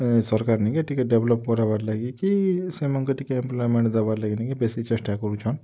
ସରକାର୍ ନି କେଁ ଟିକେ ଡ଼େଭ୍ଲପ୍ କରାବାର୍ ଲାଗି କି ସେମାନ୍କେ ଟିକେ ଏମ୍ପଲୟେମେଣ୍ଟ୍ ଦେବାର୍ ଲାଗି ନି କେଁ ବେଶୀ ଚେଷ୍ଟା କରୁଛନ୍